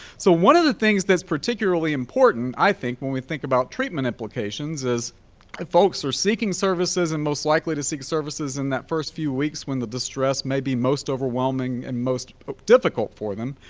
so one of the things that's particularly important i think when we think about treatment implications is if folks are seeking services and most likely to seek services in that first few weeks when the distress may be most overwhelming and most difficult for them,